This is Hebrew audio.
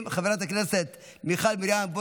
חברת הכנסת מיכל שיר סגמן,